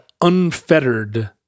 unfettered